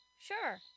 sure